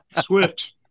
Swift